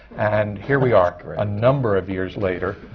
and here we are are a number of years later,